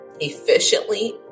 efficiently